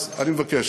אז אני מבקש,